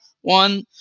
one